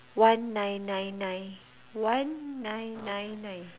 one nine nine nine one nine nine nine